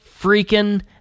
freaking